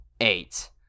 eight